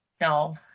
no